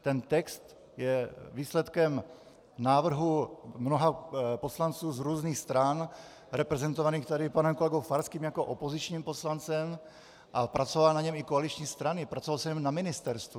Ten text je výsledkem návrhu mnoha poslanců z různých stran reprezentovaných tady panem kolegou Farským jako opozičním poslancem a pracovaly na něm i koaliční strany, pracovalo se na něm na ministerstvu.